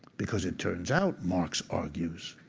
because it turns out marx, argues,